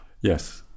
Yes